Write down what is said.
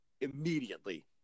immediately